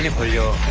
for your